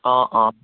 অঁ অঁ